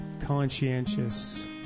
conscientious